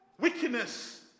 wickedness